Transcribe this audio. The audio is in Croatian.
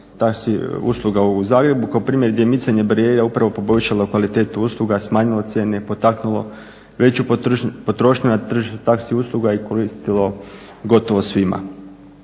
taksi usluga u Zagrebu, kao primjer gdje je micanje barijera upravo poboljšalo kvalitetu usluga, smanjilo cijene, potaknulo veću potrošnju na tržištu taksi usluga je koristilo gotovo svima.